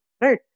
right